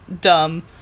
dumb